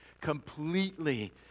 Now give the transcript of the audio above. completely